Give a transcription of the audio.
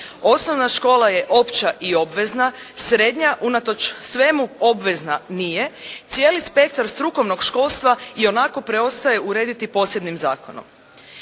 Osnovna škola je opća i obvezna. Srednja unatoč svemu obvezna nije. Cijeli spektar strukovnog školstva ionako preostaje urediti posebnim zakonom.